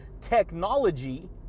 technology